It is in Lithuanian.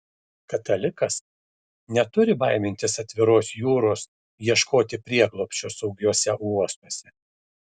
katalikas neturi baimintis atviros jūros ieškoti prieglobsčio saugiuose uostuose